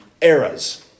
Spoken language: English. eras